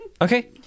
Okay